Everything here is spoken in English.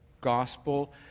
gospel—